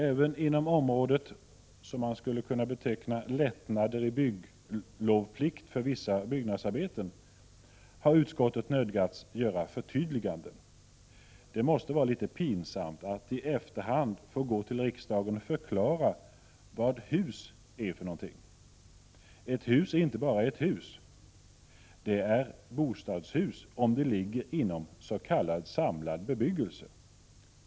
Även inom området som man skulle kunna beteckna som lättnader i bygglovplikten för vissa byggnadsarbeten har utskottet nödgats göra förtydliganden. Det måste vara litet pinsamt att i efterhand få gå till riksdagen och förklara vad ett hus egentligen är. Ett hus är inte bara ett hus. Det är ett bostadshus om det ligger inom s.k. samlad bebyggelse.